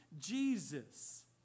Jesus